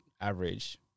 average